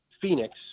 Phoenix